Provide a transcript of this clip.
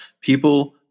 people